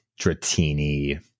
Dratini